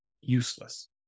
useless